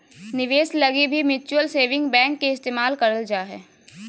निवेश लगी भी म्युचुअल सेविंग बैंक के इस्तेमाल करल जा हय